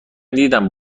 دیدم